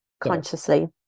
consciously